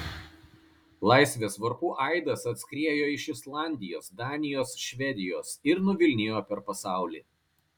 laisvės varpų aidas atskriejo iš islandijos danijos švedijos ir nuvilnijo per pasaulį